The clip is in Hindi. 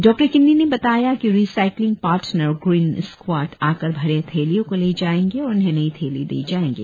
डॉ किन्नी ने बताया कि रीसायकलिंग पार्टनर ग्रीण स्क्वाड आकर भरे थैलिया को ले जाऐंगे और उन्हें नई थैली दे जाऐंगे